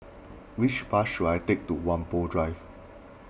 which bus should I take to Whampoa Drive